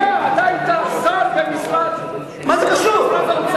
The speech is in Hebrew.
אתה היית שר במשרד האוצר, לא?